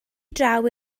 draw